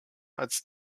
als